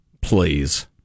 Please